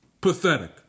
Pathetic